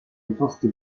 imposti